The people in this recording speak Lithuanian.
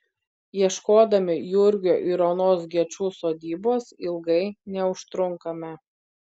ieškodami jurgio ir onos gečų sodybos ilgai neužtrunkame